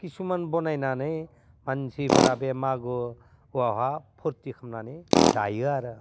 किसुमान बनायनानै मानसिफोरा बे मागोआवहा फुरथि खामनानै जायो आरो